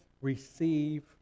receive